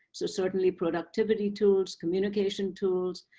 so certainly productivity tools, communication tools,